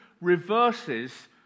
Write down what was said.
reverses